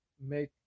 make